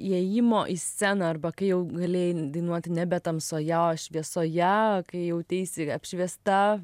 įėjimo į sceną arba kai jau galėjai dainuoti nebe tamsoje o šviesoje kai jauteisi apšviesta